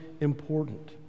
important